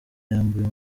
yambuye